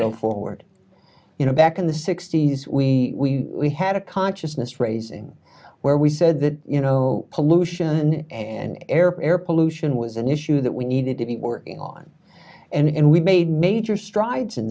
go forward you know back in the sixty's we had a consciousness raising where we said that you know pollution and air pair pollution was an issue that we needed to be working on and we made major strides in